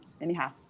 anyhow